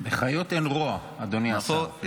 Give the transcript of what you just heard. בחיות אין רוע, אדוני השר.